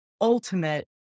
ultimate